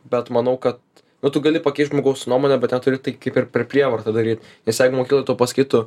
bet manau kad nu tu gali pakeist žmogaus nuomonę bet neturi tai kaip ir per prievartą daryt nes jeigu mokykloj tau pasakytų